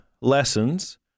lessons